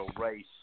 race